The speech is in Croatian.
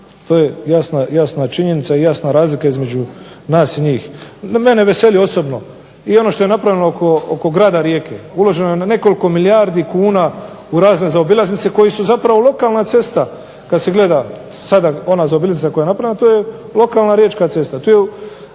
To je jasna činjenica i jasna razlika između nas i njih. Mene veseli osobno i ono što je napravljeno oko grada Rijeke, uloženo na nekoliko milijardi kuna u razne zaobilaznice koje su zapravo lokalna cesta, kada se gleda lokalna zaobilaznica koja je napravljena, to je lokalna riječka cesta.